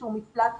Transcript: איזשהו מפלט היא